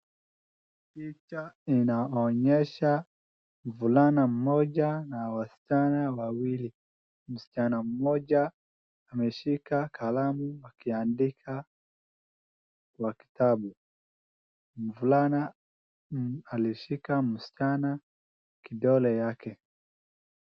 Picha inaonyesha mvulana mmoja na wasichana wawili. Msichana mmoja ameshika kalamu akiandika kwa kitabu, mvulana alishika msichana kidole yake.